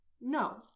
No